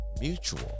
mutual